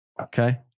Okay